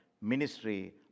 ministry